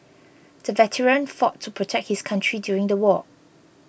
the veteran fought to protect his country during the war